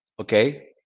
Okay